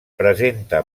presenta